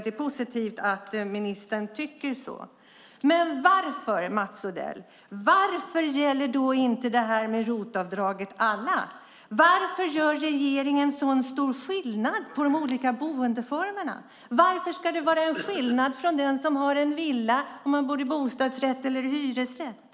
Det är positivt att ministern tycker så. Varför, Mats Odell, gäller inte ROT-avdraget alla? Varför gör regeringen så stor skillnad på de olika boendeformerna? Varför ska det vara skillnad mellan dem som bor i villa, bostadsrätt och hyresrätt?